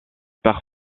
pare